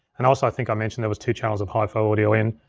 and also i think i mentioned, there was two channels of hifi audio in.